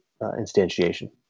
instantiation